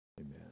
Amen